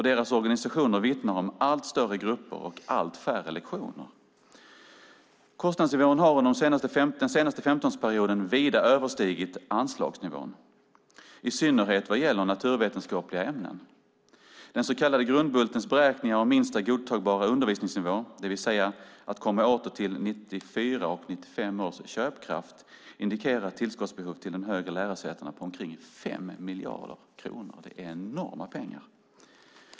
Deras organisationer vittnar om allt större grupper och allt färre lektioner. Kostnadsnivån har under den senaste 15-årsperioden vida överstigit anslagsnivån, i synnerhet vad gäller naturvetenskapliga ämnen. Den så kallade Grundbultens beräkningar om minsta godtagbara undervisningsnivå, det vill säga att komma åter till 1994 och 1995 års köpkraft, indikerar ett tillskottsbehov till de högre lärosätena på omkring 5 miljarder kronor. Det är enorma pengar.